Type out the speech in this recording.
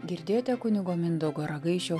girdėjote kunigo mindaugo ragaišio